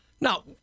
Now